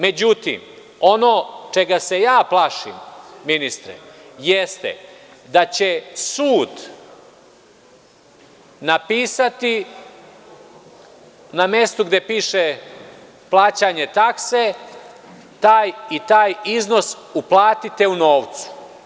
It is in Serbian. Međutim, ono čega se ja plašim ministre, jeste da će sud napisati na mestu gde piše plaćanje takse taj i taj iznos uplatite u novcu.